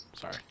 Sorry